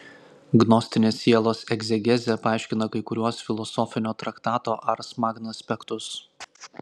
gnostinė sielos egzegezė paaiškina kai kuriuos filosofinio traktato ars magna aspektus